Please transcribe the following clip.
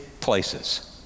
places